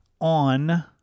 on